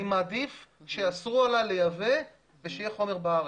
אני מעדיף שיאסרו עלי לייבא ושיהיה חומר בארץ.